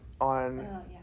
on